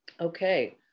Okay